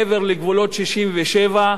מעבר לגבולות 67',